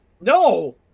No